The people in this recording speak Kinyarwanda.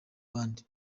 bandi